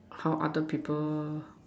how other people